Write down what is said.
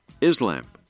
Islam